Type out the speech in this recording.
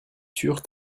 sûr